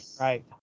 right